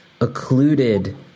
occluded